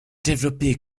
développé